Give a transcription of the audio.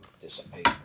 dissipate